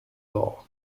law